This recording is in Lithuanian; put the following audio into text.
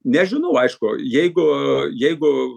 nežinau aišku jeigu jeigu